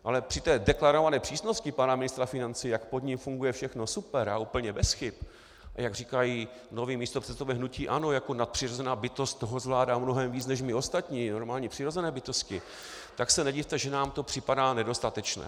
Ale při té deklarované přísnosti pana ministra financí, jak pod ním funguje všechno super a úplně bez chyb, a jak říkají noví místopředsedové hnutí ANO, jako nadpřirozená bytost toho zvládá mnohem víc než my ostatní normální přirozené bytosti, tak se nedivte, že nám to připadá nedostatečné.